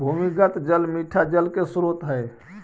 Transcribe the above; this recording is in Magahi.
भूमिगत जल मीठा जल के स्रोत हई